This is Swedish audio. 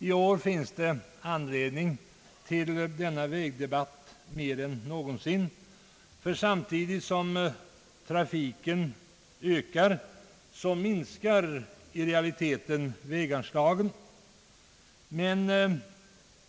I år finns mer än någonsin anledning till en sådan allmän vägdebatt, ty samtidigt som trafiken ökar minskar i realiteten väganslagen.